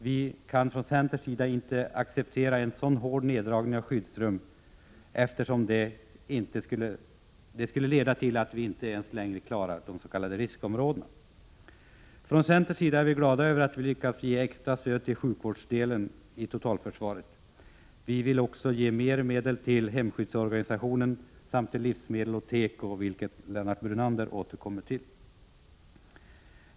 Vi kan från centerns sida inte acceptera en sådan hård neddragning av anslaget till uppförande av skyddsrum, eftersom det skulle leda till att det inte ens blir möjligt att längre klara de s.k. riskområdena. Från centerns sida är vi glada över att vi lyckats ge extra stöd till sjukvårdsdelen i totalförsvaret. Vi vill också ge mer medel till hemskyddsorganisationen samt till livsmedel och teko, vilket Lennart Brunander återkommer till.